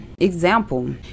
example